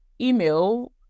email